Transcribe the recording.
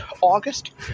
August